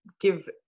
give